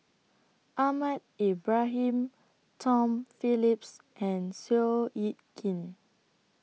Ahmad Ibrahim Tom Phillips and Seow Yit Kin